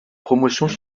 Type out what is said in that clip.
promotions